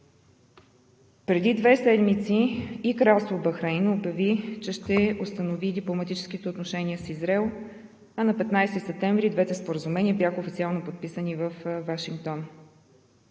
Преди две седмици и Кралство Бахрейн обяви, че ще установи дипломатическите отношения с Израел, а на 15 септември двете споразумения бяха официално подписани във Вашингтон.